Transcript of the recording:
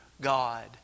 God